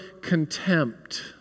contempt